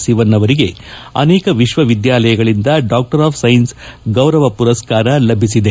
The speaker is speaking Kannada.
ಸಿವನ್ ಅವರಿಗೆ ಅನೇಕ ವಿಶ್ವವಿದ್ಯಾಲಯಗಳಿಂದ ಡಾಕ್ಷರ್ ಆಫ್ ಸೈನ್ಸ್ ಗೌರವ ಪುರಸ್ನಾರ ಲಭಿಸಿದೆ